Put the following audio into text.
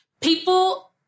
people